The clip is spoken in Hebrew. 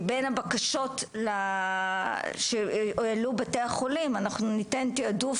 מבין הבקשות שהעלו בתי החולים אנחנו ניתן תיעדוף